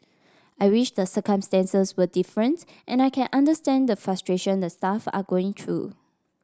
I wish the circumstances were different and I can understand the frustration the staff are going through